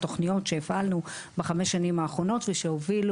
התכניות שהפעלנו בחמש שנים האחרונות ושהובילו